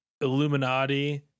illuminati